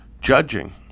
Judging